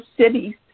cities